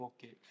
Okay